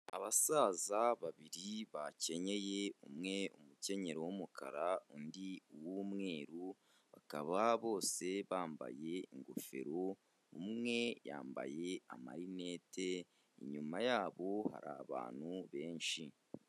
Abasaza babiri bakenyeye. Umwe umukenyero w'umukara, undi uw'umweru, bakaba bose bambaye ingofero. Umwe yambaye amarineti, inyuma yabo hari abantu benshi.